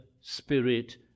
Spirit